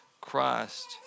Christ